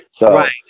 Right